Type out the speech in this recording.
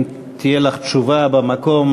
אם תהיה לך תשובה במקום,